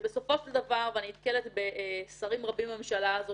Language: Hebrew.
בסופו של דבר ואני נתקלת בשרים רבים בממשלה הזאת